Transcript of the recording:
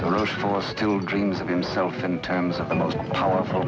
for still dreams of himself and terms of the most powerful